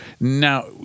now